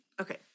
okay